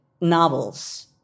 novels